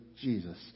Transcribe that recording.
Jesus